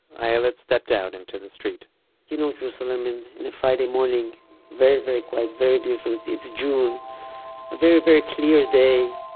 ayelet stepped out onto the street you know, jerusalem in and a friday morning very, very quiet. very beautiful. it's it's june. a very, very clear day.